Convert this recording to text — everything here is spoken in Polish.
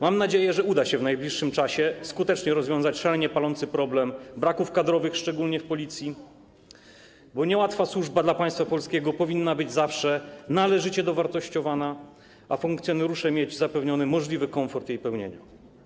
Mam nadzieję, że uda się w najbliższym czasie skutecznie rozwiązać szalenie palący problem braków kadrowych, szczególnie w Policji, bo niełatwa służba dla państwa polskiego powinna być zawsze należycie dowartościowana, a funkcjonariusze powinni mieć zapewniony możliwy komfort jej pełnienia.